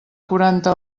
quaranta